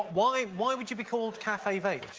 why why would you be called cafe vape?